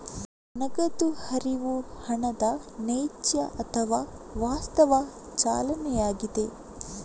ನಗದು ಹರಿವು ಹಣದ ನೈಜ ಅಥವಾ ವಾಸ್ತವ ಚಲನೆಯಾಗಿದೆ